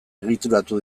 egituratu